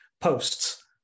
Posts